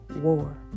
war